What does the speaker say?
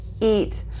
eat